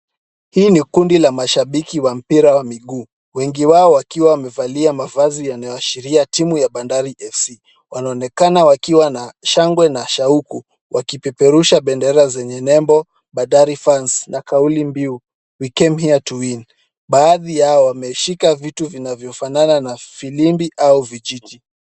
Hii ni kundi la mashabiki wa mpira wa miguu. Wengi wao wakiwa wamevalia mavazi yanayo ashiria timu ya Bandari FC. Wanaonekana wakiwa na shangwe na shauku wakipeperusha bendera zenye nembo Bandari Fans na kauli mbiu we came here to win baadhi yao wameshika vitu vinavyo fanana na filimbi au vichichi.